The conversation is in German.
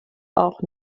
auch